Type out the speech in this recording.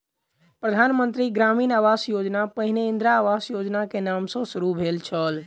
प्रधान मंत्री ग्रामीण आवास योजना पहिने इंदिरा आवास योजनाक नाम सॅ शुरू भेल छल